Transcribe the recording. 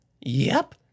Yep